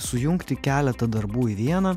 sujungti keletą darbų į vieną